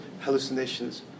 hallucinations